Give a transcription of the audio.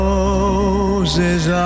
Roses